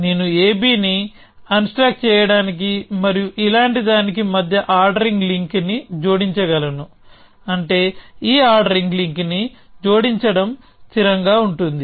నేను ab ని unstack చేయడానికి మరియు ఇలాంటి దానికి మధ్య ఆర్డరింగ్ లింక్ ని జోడించగలను అంటే ఈ ఆర్డరింగ్ లింక్ ని జోడించడం స్థిరంగా ఉంటుంది